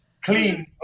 Clean